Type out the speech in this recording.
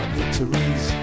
victories